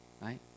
right